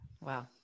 Wow